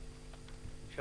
בבקשה.